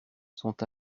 sont